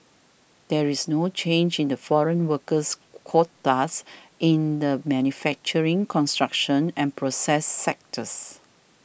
there is no change in the foreign workers quotas in the manufacturing construction and process sectors